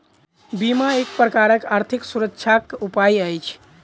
बीमा एक प्रकारक आर्थिक सुरक्षाक उपाय अछि